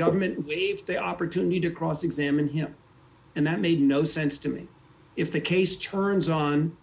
government leaves the opportunity to cross examine him and that made no sense to me if the case turns on